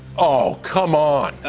oh, come on.